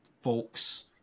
folks